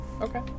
Okay